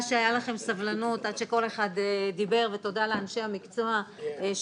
תודה שהייתה לכם סבלנות עד שכל אחד דיבר ותודה לאנשי המקצוע שהגיעו,